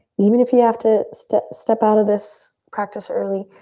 even if you have to step step out of this practice early,